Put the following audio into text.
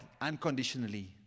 unconditionally